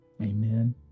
Amen